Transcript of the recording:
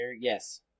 Yes